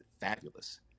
fabulous